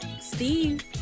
Steve